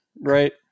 right